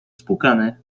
spłukany